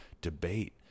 debate